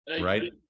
right